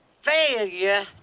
failure